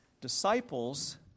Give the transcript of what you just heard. disciples